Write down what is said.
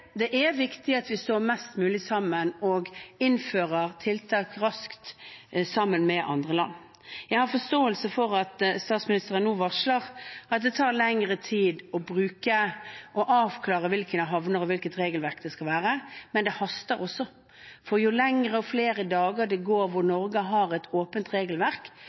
er viktig at vi står mest mulig sammen og innfører tiltak raskt sammen med andre land. Jeg har forståelse for at statsministeren nå varsler at det tar lengre tid å avklare hvilke havner og hvilket regelverk det skal være, men det haster også. For jo lengre og jo flere dager det går hvor Norge har et åpent regelverk,